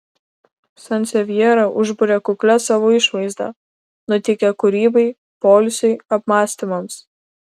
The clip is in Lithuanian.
sansevjera užburia kuklia savo išvaizda nuteikia kūrybai poilsiui apmąstymams